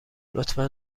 لطفا